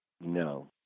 no